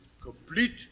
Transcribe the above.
Complete